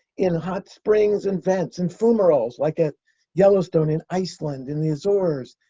in hot springs and vents and fumaroles like at yellowstone, in iceland, in the azores,